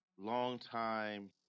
Long-time